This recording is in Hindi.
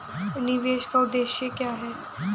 निवेश का उद्देश्य क्या है?